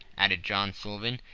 added john sullivan.